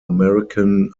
american